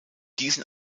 diesen